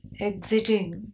exiting